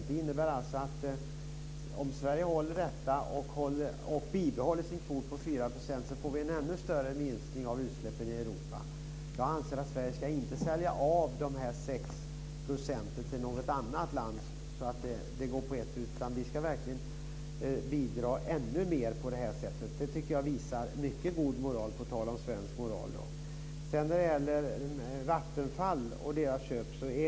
Det innebär att om Sverige klarar detta och bibehåller sin kvot om 4 % blir det en ännu större minskning av utsläppen i Europa. Jag anser att Sverige inte ska sälja av de 6 procenten till något annat land så att det hela går på ett ut. Vi ska verkligen bidra ännu mer. Det visar, på tal om svensk moral, på mycket god moral. Sedan var det frågan om Vattenfalls köp.